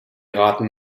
raten